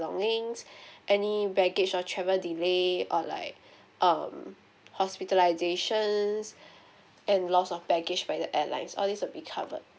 belongings any baggage or travel delay or like um hospitalization and loss of baggage by the airlines all of these will be covered